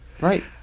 right